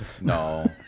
No